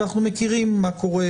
ואנחנו מכירים מה קורה